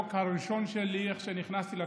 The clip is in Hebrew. חבר הכנסת יברקן,